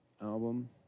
album